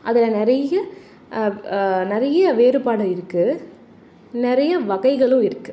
அதில் நிறைய நிறைய வேறுபாடு இருக்குது நிறைய வகைகளும் இருக்குது